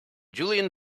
julien